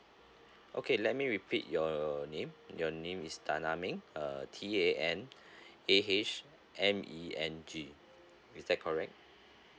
okay let me repeat your name your name is tan ah meng uh T A N A H M E N G is that correct